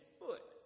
foot